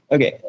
Okay